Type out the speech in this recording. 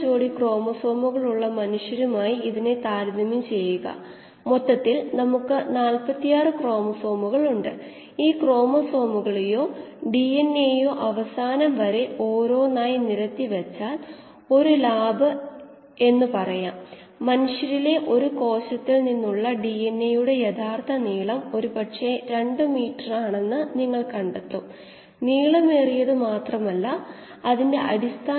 volume metric flow rate എന്ന് പറഞ്ഞാൽ വ്യാപ്തത്തെ സമയം കൊണ്ട് ഹരിച്ചാൽ കിട്ടുന്നതാണ് വോള്യൂമെട്രിക് ഫ്ലോ റേറ്റിനെ സാന്ദ്രതകൊണ്ട് ഗുണിച്ചാൽ നമുക്ക് മാസ്സ് നിരക്ക് ലഭിക്കും അതിനാൽ 𝐹𝑖 𝜌𝑖 𝐹0 𝜌0 𝜌 ദ്രാവക സാന്ദ്രതയാണ് 𝜌𝑖 ഇൻകമിംഗ് സ്ട്രീം ദ്രാവകത്തിന്റെ സാന്ദ്രത 𝜌0 എന്നത് ഔട്ട്ഗോയിംഗ് സ്ട്രീമിന്റെ സാന്ദ്രതയാണ്